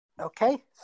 Okay